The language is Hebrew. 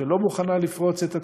שלא מוכנה לפרוץ את התקציב,